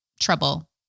trouble